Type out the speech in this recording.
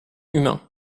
humain